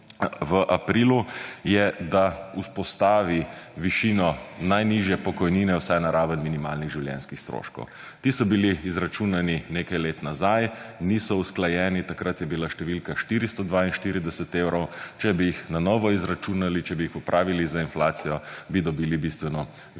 v aprilu je, da vzpostavi višino najnižje pokojnine vsaj na raven minimalnih življenjskih stroškov. Ti so bili izračunani nekaj let nazaj, niso usklajeni, takrat je bila številka 442 evrov, če bi jih na novi izračunali, če bi jih popravili za inflacijo, bi dobili bistveno